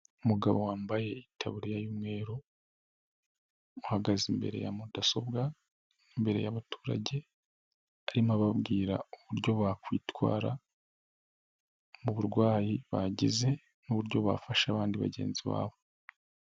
Amugabo wambaye itaburiya y'umweru uhagaze imbere ya mudasobwa, imbere y'abaturage arimo ababwira uburyo bakwitwara mu burwayi bagize n'uburyo bafasha abandi bagenzi babo.